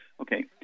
Okay